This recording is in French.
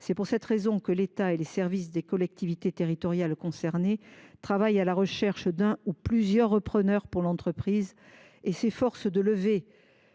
C’est pour cette raison que l’État et les services des collectivités territoriales concernées travaillent à la recherche d’un ou plusieurs repreneurs et s’efforcent de lever